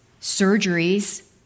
surgeries